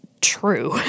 true